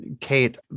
Kate